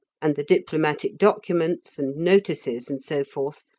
and the diplomatic documents, and notices, and so forth,